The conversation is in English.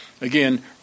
Again